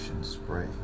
spray